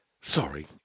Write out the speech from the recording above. Sorry